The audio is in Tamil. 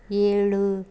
ஏழு